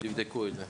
תבדקו את זה.